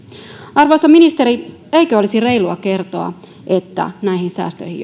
arvoisa ministeri eikö olisi reilua kertoa että näihin säästöihin